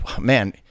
man